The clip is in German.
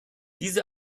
diese